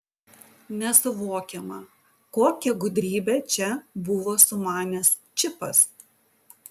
nesuvokiama kokią gudrybę čia buvo sumanęs čipas